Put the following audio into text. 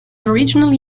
originally